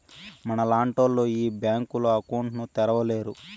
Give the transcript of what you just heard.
మనలాంటోళ్లు ఈ బ్యాంకులో అకౌంట్ ను తెరవలేరు